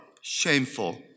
shameful